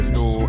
no